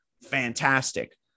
fantastic